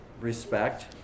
respect